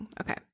okay